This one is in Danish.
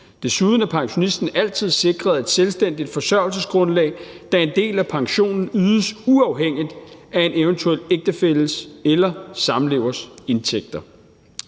Desuden er pensionisten altid sikret et selvstændigt forsørgelsesgrundlag, da en del af pensionen ydes uafhængigt af en eventuel ægtefælles eller samlevers indtægter.